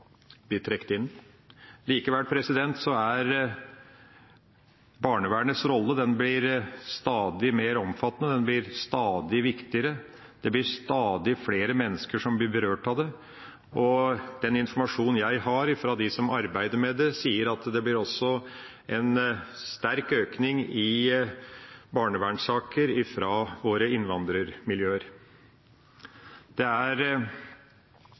inn. Likevel blir barnevernets rolle stadig mer omfattende, og den blir stadig viktigere. Det er stadig flere mennesker som blir berørt av barnevernet, og den informasjonen jeg har fra dem som arbeider med barnevernet, sier at det også er en sterk økning i barnevernssaker fra våre innvandrermiljøer. Dette er